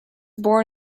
born